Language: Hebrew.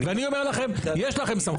ואני אומר לכם יש לכם סמכות.